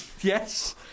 Yes